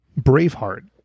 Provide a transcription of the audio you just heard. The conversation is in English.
Braveheart